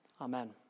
Amen